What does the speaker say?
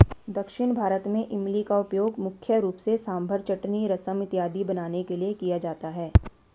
दक्षिण भारत में इमली का उपयोग मुख्य रूप से सांभर चटनी रसम इत्यादि बनाने के लिए किया जाता है